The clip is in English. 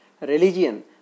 Religion